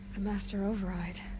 the master override.